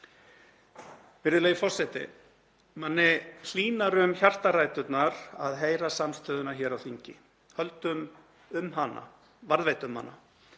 Virðulegi forseti. Manni hlýnar um hjartaræturnar að finna samstöðuna hér á þingi. Höldum um hana, varðveitum hana